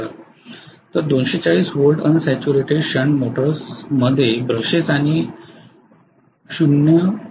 तर 240 volt unsaturated shunt मोटर्समध्ये brushes आणि 0